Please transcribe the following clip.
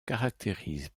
caractérise